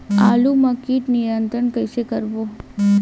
आलू मा कीट नियंत्रण कइसे करबो?